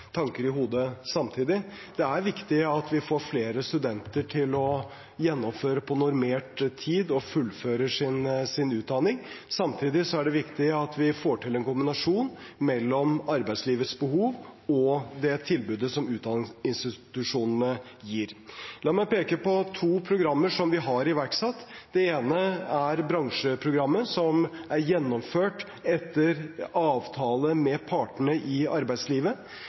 tanker i hodet samtidig. Det er viktig at vi får flere studenter til å gjennomføre på normert tid og fullføre sin utdanning. Samtidig er det viktig at vi får til en kombinasjon av arbeidslivets behov og det tilbudet som utdanningsinstitusjonene gir. La meg peke på to programmer som vi har iverksatt. Det ene er bransjeprogrammet, som er gjennomført etter avtale med partene i arbeidslivet.